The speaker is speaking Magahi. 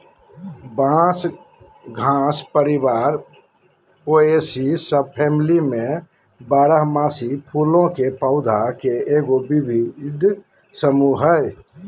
बांस घास परिवार पोएसी सबफैमिली में बारहमासी फूलों के पौधा के एगो विविध समूह हइ